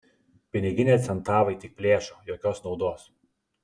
piniginę centavai tik plėšo jokios naudos